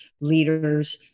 leaders